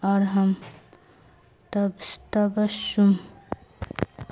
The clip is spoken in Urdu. اور ہمم تبم